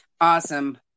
Awesome